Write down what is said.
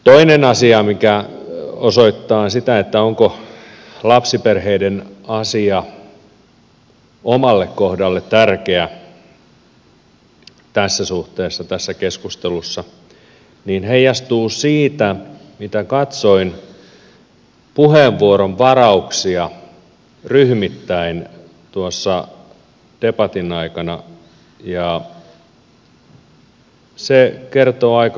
toinen asia mikä osoittaa sen onko lapsiperheiden asia omalla kohdalla tärkeä tässä suhteessa tässä keskustelussa heijastuu puheenvuoronvarauksista mitä katsoin ryhmittäin tuossa debatin aikana ja ne kertovat aika karua puhettaan